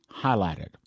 highlighted